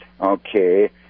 okay